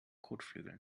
kotflügeln